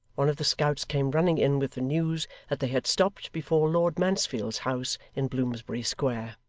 one of the scouts came running in with the news that they had stopped before lord mansfield's house in bloomsbury square.